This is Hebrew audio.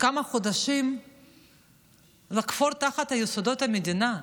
כמה חודשים לחפור תחת יסודות המדינה.